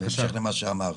בהמשך למה שאמרת.